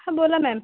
हां बोला मॅम